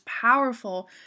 powerful